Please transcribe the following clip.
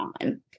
on